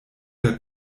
der